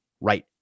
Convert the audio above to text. right